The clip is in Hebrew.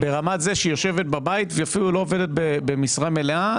ברמת זה שהיא יושבת בבית והיא אפילו לא עובדת במשרה מלאה,